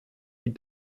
wie